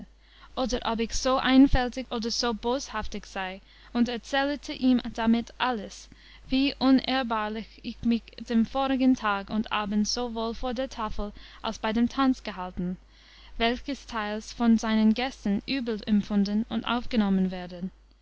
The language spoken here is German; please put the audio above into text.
oder ob ich so einfältig oder so boshaftig sei und erzählete ihm damit alles wie unehrbarlich ich mich den vorigen tag und abend sowohl vor der tafel als bei dem tanz gehalten welches teils von seinen gästen übel empfunden und aufgenommen werde